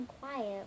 quiet